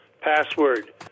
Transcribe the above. Password